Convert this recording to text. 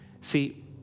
See